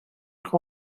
eich